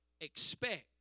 Expect